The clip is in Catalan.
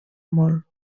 molt